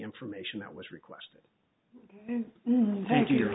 information that was requested thank you